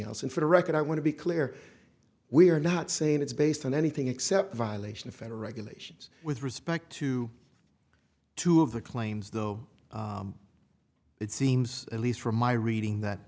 else and for the record i want to be clear we are not saying it's based on anything except violation of federal regulations with respect to two of the claims though it seems at least from my reading that